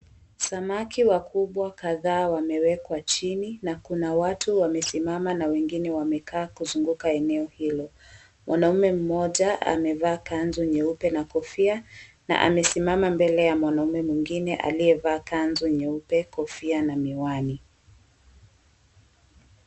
Samaki wakubwa kadhaa wamewekwa chini na kuna watu wamesimama na wengine wamekaa kuzunguka eneo hilo, mwanaume mmoja amevaa kanzu nyeupe na kofia na amesimama mbele ya mwanaume mwengine aliyevaa kanzu nyeupe, kofia na miwani.